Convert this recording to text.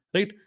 Right